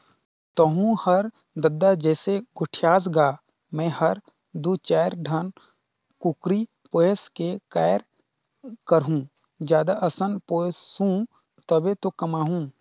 तहूँ हर ददा जइसे गोठियाथस गा मैं हर दू चायर ठन कुकरी पोयस के काय करहूँ जादा असन पोयसहूं तभे तो कमाहूं